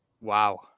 Wow